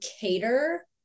cater